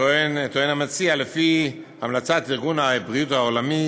טוען המציע: "לפי המלצת ארגון הבריאות העולמי,